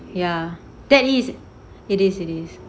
ya that is it is it is